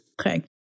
Okay